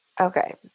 Okay